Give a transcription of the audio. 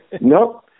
Nope